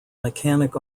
mechanic